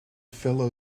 fellow